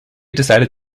decided